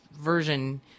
version